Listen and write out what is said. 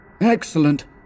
Excellent